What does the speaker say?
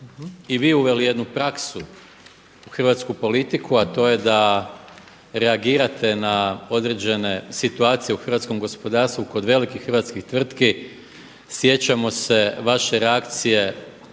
i vi uveli jednu praksu u hrvatsku politiku, a to je da reagirate na određene situacije u hrvatskom gospodarstvu kod velikih hrvatskih tvrtki. Sjećamo se vaše reakcije